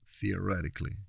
theoretically